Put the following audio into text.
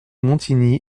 montigny